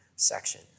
section